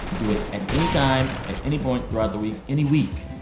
do it at any time, at any point throughout the week, any week.